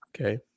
okay